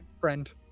friend